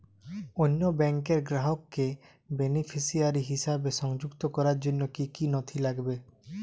অন্য ব্যাংকের গ্রাহককে বেনিফিসিয়ারি হিসেবে সংযুক্ত করার জন্য কী কী নথি লাগবে?